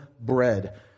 bread